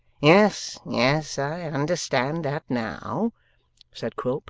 yes, yes, i understand that now said quilp